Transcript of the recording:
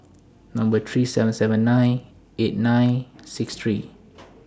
Number three seven seven nine eight nine six three